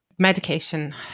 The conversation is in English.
Medication